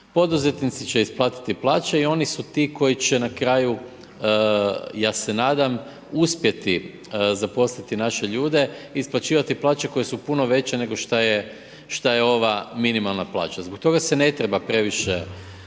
Poduzetnici će isplatiti plaće i oni su ti koji će na kraju, ja se nadam uspjeti zaposliti naše ljude isplaćivati plaće koje su puno veće nego šta je, šta je ova minimalna plaća. Zbog toga se ne treba previše